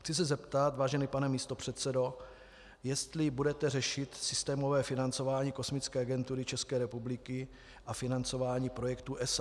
Chci se zeptat, vážený pane místopředsedo, jestli budete řešit systémové financování kosmické agentury České republiky a financování projektu ESA.